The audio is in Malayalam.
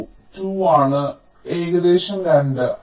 2 2 ആണ് ൽ ഏകദേശം 2